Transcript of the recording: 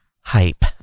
hype